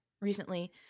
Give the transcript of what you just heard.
recently